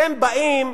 אתם באים,